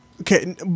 Okay